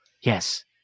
yes